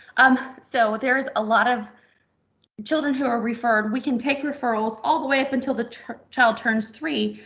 um so there is a lot of children who are referred. we can take referrals all the way up until the child turns three.